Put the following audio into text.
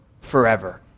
forever